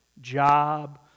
Job